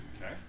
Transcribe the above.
Okay